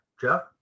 Jeff